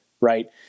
Right